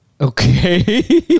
Okay